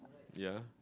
ya